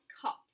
cups